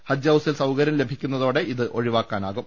ഹജ്ജ് ഹൌസിൽ സൌകര്യം ലഭിക്കുന്നതോടെ ഇത് ഒഴിവാക്കാനാകും